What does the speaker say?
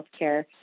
healthcare